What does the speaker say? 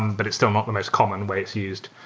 but it's still not the most common ways used.